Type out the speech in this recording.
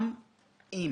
גם אם